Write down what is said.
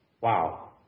wow